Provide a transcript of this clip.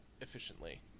efficiently